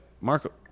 Marco